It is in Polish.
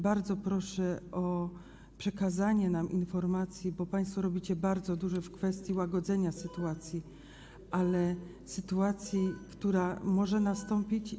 Bardzo proszę o przekazanie nam informacji, bo państwo robicie bardzo dużo w kwestii łagodzenia sytuacji, ale chodzi też o sytuację, która może nastąpić.